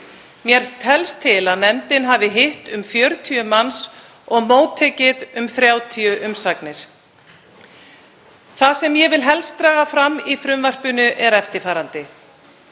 Mér telst til að nefndin hafi hitt um 40 manns og móttekið um 30 umsagnir. Það sem ég vil helst draga fram í frumvarpinu er eftirfarandi: